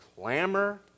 clamor